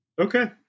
Okay